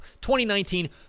2019